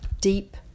deep